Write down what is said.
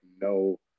no